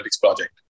project